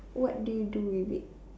what do you do with it